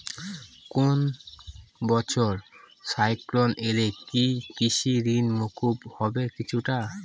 কোনো বছর সাইক্লোন এলে কি কৃষি ঋণ মকুব হবে কিছুটা?